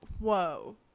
whoa